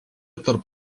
tarp